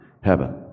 heaven